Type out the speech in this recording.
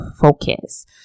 focus